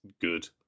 good